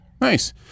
Nice